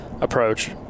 approach